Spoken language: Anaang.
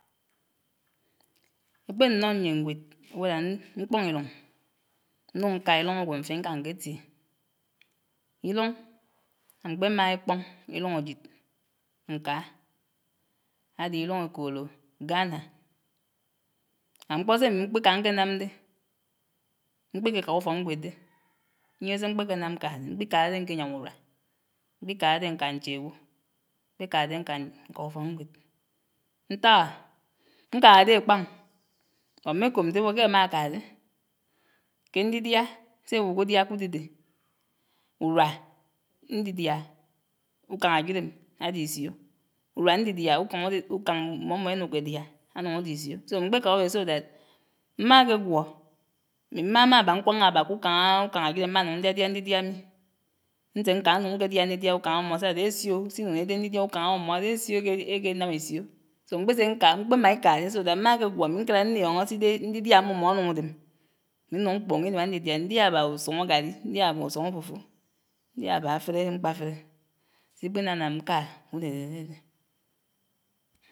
Ékpé nnó ñyien ñgwed ewó ná mkpoñ íruñ ñnuñ ñká íruñ ágwo mfen ñká ñketiè. Ìruñ amkpemágá íkpoñ íruñ ájid ñkaa áde íruñ ékodo Ghana and mkpó s'emi mkpékaa ñke namdé, mkpéké ká ufokñgwed dé, ínyiege s'emkpeke nám ñkánáde, mkpì kaadé ñké yám uruà, mkpí kaadé ñká ñche agwo, mkpéká dè ñká ufokñgwed. ñtaga? ñkaagá dé akpá'ñ bot mmékob ñtewò ké ám'áká dé ké ñdidiá sé awuk'udiá k'udedé, urua ñdidia ukañ ájid'em áde ísio' urua ñdidia ukañ ukañ mmómó enuño édia anuñ áde ísiò so mkpé ká udè so dat mmaakè gwó, ámi mmámmá abá ñkwañá abá kukañ kukañ ájid ámánuñ ñdiadia ñdidia mi, ñse ñkaa ñunñ ñk'edia ñdidia ukañ ámmó sadé ésio sínuñ íde ñdidia ukañ ammómó, èsio ekenam ísio, so mkpése ñka mkpèma íkádé so dat mmákegwó ámi ñkará ñnioñó sídé ñdidia ammómó anuñ adem. Ámi ñnuñ mkpuñó inuà ñdidia, ñdiaga abà usuñ ágarri, ñdiaga abà usuñ áfufu, ñdiaga abà afere mkpáferé, síkpínam na ñká udedé adedé